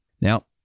Now